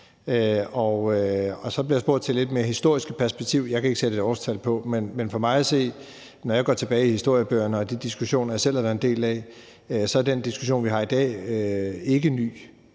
og så bliver jeg spurgt til det lidt mere historiske perspektiv. Jeg kan ikke sætte et årstal på, men for mig at se, og når jeg går tilbage i historiebøgerne og de diskussioner, jeg selv har været en del af, er den diskussion, vi har i dag, ikke ny,